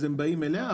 הם באים אליה.